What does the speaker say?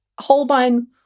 Holbein